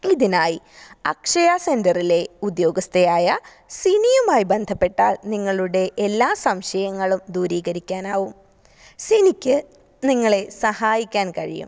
ഇതിനായി അക്ഷയ സെൻ്ററിലെ ഉദ്യോഗസ്ഥയായ സിനിയുമായി ബന്ധപ്പെട്ടാല് നിങ്ങളുടെ എല്ലാ സംശയങ്ങളും ദൂരീകരിക്കാനാവും സിനിക്ക് നിങ്ങളെ സഹായിക്കാന് കഴിയും